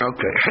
Okay